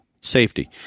safety